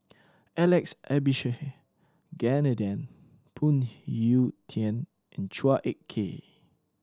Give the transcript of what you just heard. Alex Abisheganaden Phoon Yew Tien and Chua Ek Kay